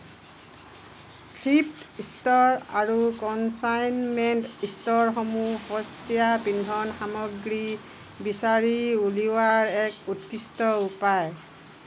thrift store আৰু consignment ষ্ট'ৰসমূহ সস্তীয়া পিন্ধন সামগ্ৰী বিচাৰি উলিওৱাৰ এক উৎকৃষ্ট উপায়